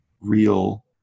real